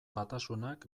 batasunak